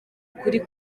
ukuri